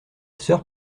sœur